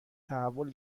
تحول